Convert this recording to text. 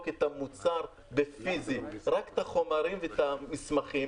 את המוצר פיסית אלא רק את החומרים והמסמכים,